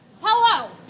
Hello